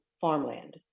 farmland